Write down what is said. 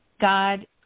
God